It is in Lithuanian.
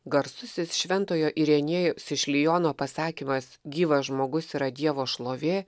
garsusis šventojo ireniejaus iš lijono pasakymas gyvas žmogus yra dievo šlovė